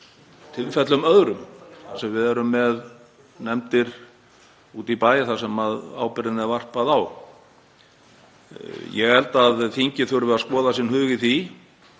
tilfellum öðrum þar sem við erum með nefndir úti í bæ sem ábyrgðinni er varpað á. Ég held að þingið þurfi að skoða sinn hug í því